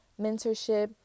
mentorship